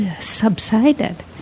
subsided